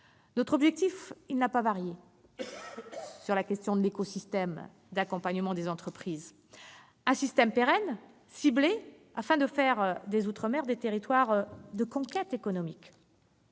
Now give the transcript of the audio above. Notre objectif n'a pas varié sur la question de l'écosystème d'accompagnement des entreprises : ce système doit être pérenne et ciblé, afin de faire des outre-mer des territoires de conquête économique.